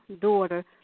daughter